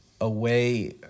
away